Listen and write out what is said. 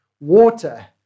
water